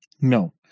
No